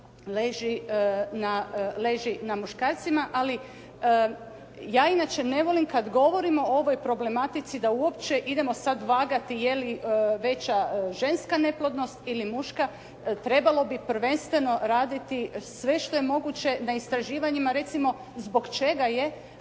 leži na muškarcima. Ali ja inače ne volim kad govorimo o ovoj problematici da uopće idemo sad vagati je li veća ženska neplodnost ili muška. Trebalo bi prvenstveno raditi sve što je moguće na istraživanjima recimo zbog čega je